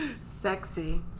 Sexy